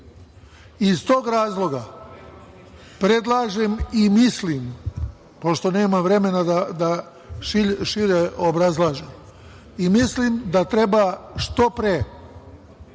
tog razloga, predlažem i mislim, pošto nema vremena da šire obrazlažem, da treba što pre